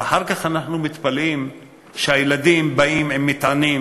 ואחר כך אנחנו מתפלאים שהילדים באים עם מטענים,